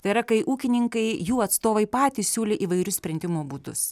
tai yra kai ūkininkai jų atstovai patys siūlė įvairius sprendimo būdus